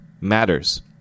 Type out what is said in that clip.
matters